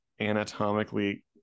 anatomically